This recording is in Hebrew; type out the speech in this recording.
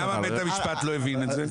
למה בית המשפט לא הבין את זה?